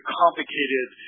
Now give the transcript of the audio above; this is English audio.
complicated